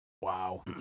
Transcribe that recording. Wow